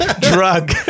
drug